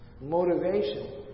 motivation